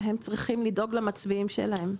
והם צריכים לדאוג למצביעים שלהם.